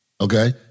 Okay